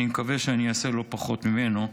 אני מקווה שאני אעשה לא פחות ממנו,